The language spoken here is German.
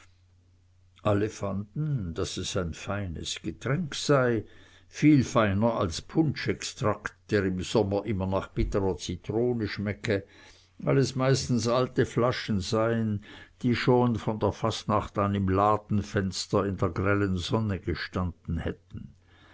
alle fanden daß es ein feines getränk sei viel feiner als punschextrakt der im sommer immer nach bittrer zitrone schmecke weil es meistens alte flaschen seien die schon von fastnacht an im ladenfenster in der grellen sonne gestanden hätten